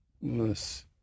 Yes